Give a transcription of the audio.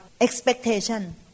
expectation